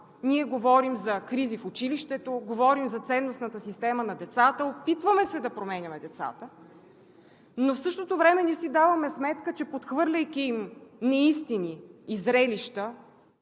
ние говорим за кризи в училището, говорим за ценностната система на децата, опитваме се да променяме децата, но в същото време не си даваме сметка, подхвърляйки им неистини и зрелища,